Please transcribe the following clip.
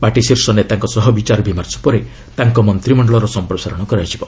party ଶୀର୍ଷ ନେତାଙ୍କ ସହ ବିଚାରବିମର୍ଶ ପରେ ତାଙ୍କ ମନ୍ତ୍ରିମକ୍ତଳର ସଂପ୍ରସାରଣ ହେବ